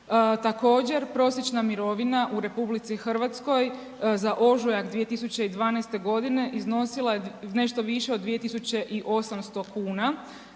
Također, prosječna mirovina u RH za ožujak 2012. g. iznosila je nešto više od 2800 kuna,